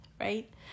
right